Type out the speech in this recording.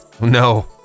no